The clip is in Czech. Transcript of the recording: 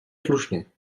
slušně